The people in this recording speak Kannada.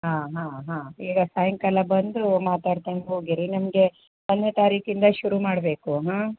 ಆಂ ಹಾಂ ಹಾಂ ಈಗ ಸಾಯಂಕಾಲ ಬಂದು ಮಾತಾಡ್ಕಂಡು ಹೋಗಿರಿ ನಮಗೆ ಒಂದನೇ ತಾರೀಕಿಂದ ಶುರು ಮಾಡಬೇಕು ಹಾಂ